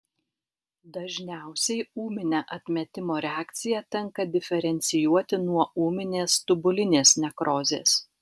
dažniausiai ūminę atmetimo reakciją tenka diferencijuoti nuo ūminės tubulinės nekrozės